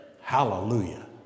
Hallelujah